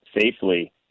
safely